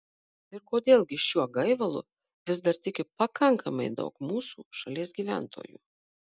ir kodėl gi šiuo gaivalu vis dar tiki pakankamai daug mūsų šalies gyventojų